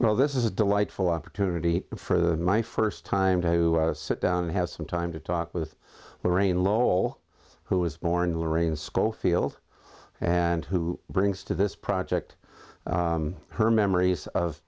well this is a delightful opportunity for my first time to sit down have some time to talk with the rain lol who was born lorraine schofield and who brings to this project her memories of